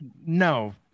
No